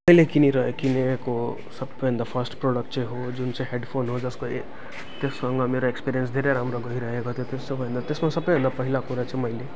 मैले किनेर किनेको सबैभन्दा फर्स्ट प्रडक्ट चाहिँ हो जुन चाहिँ हेडफोन हो जसको ए त्यससँग मेरो एक्सपिरियन्स धेरै राम्रो गइरहेको थियो त्यो सब होइन त्यसमा सबैभन्दा पहिला कुरा चाहिँ मैले